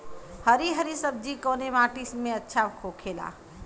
हरी हरी सब्जी कवने माटी में अच्छा होखेला?